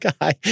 guy